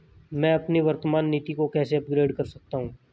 मैं अपनी वर्तमान नीति को कैसे अपग्रेड कर सकता हूँ?